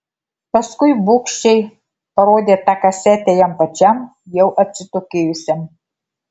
paskui bugščiai parodė tą kasetę jam pačiam jau atsitokėjusiam